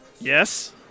Yes